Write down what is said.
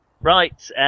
Right